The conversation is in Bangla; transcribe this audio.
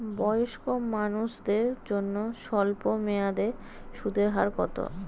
বয়স্ক মানুষদের জন্য স্বল্প মেয়াদে সুদের হার কত?